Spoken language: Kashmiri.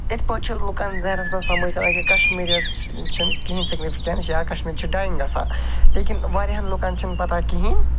یِتھ پٲٹھۍ چھِ لُکَن ذہنَس منٛز سَمجھ تران کہِ کَشمیٖریَس چھِنہٕ کِہیٖنۍ سِگنِفِکٮ۪نٕس یا کَشمیٖری چھِ ڈایِنٛگ گژھان لیکِن واریاہَن لُکن چھِنہٕ پَتَہ کِہیٖنۍ